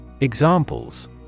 Examples